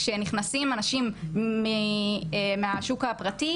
כשנכנסים אנשים מהשוק הפרטי,